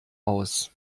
aus